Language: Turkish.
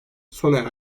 sona